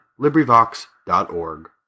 LibriVox.org